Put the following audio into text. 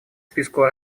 списку